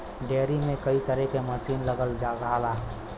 dairy में कई तरे क मसीन लगल रहला